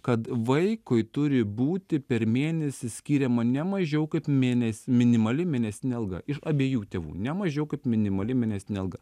kad vaikui turi būti per mėnesį skiriama ne mažiau kaip mėnes minimali mėnesinė alga iš abiejų tėvų ne mažiau kaip minimali mėnesinė alga